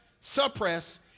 suppress